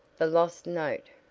the lost note!